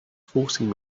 forcing